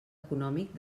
econòmic